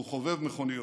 הוא חובב מכוניות,